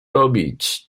robić